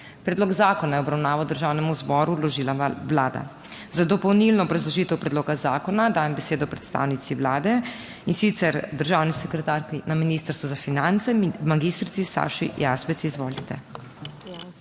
Predlog zakona je v obravnavo Državnemu zboru vložila Vlada. Za dopolnilno obrazložitev predloga zakona dajem besedo predstavnici Vlade, in sicer državni sekretarki na Ministrstvu za finance, magistrici Saši Jazbec. Izvolite.